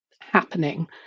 happening